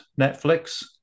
Netflix